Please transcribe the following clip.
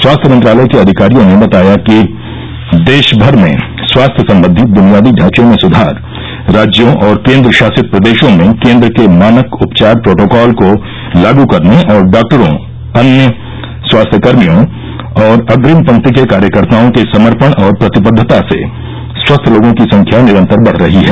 स्वास्थ्य मंत्रालय के अधिकारियों ने बताया कि देशभर में स्वास्थ्य संबंधी ब्नियादी ढांचे में सुधार राज्यों और केन्द्र शासित प्रदेशों में केन्द्र के मानक उपचार प्रोटोकॉल को लागू करने और डॉक्टरों अन्य स्वास्थ्यकर्मियों और अप्रिम पंक्ति के कार्यकर्ताओं के समर्पण और प्रतिबद्वता से स्वस्थ लोगों की संख्या निरंतर बढ़ रही है